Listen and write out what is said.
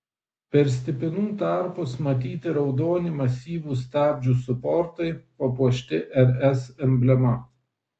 per stipinų tarpus matyti raudoni masyvūs stabdžių suportai papuošti rs emblema